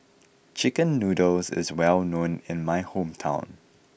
Chicken Noodles is well known in my hometown